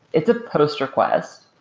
it's a post request.